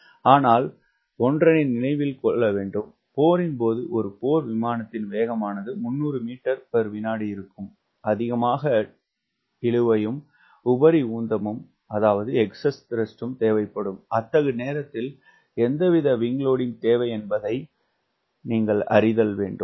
ஆனால் ஒன்றனை நினைவில் கொள்க போரின் போது ஒரு போர் விமானத்தின் வேகமானது 300 மீட்டர்வினாடி இருக்கும் அதிகமான இழுவையும் உபரி உந்தமும் தேவைப்படும் அத்தகு நேரத்தில் எவ்வித் விங்க் லோடிங்க் தேவை என்பதை நீ அறிதல் வேண்டும்